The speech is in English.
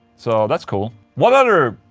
so that's cool. what other.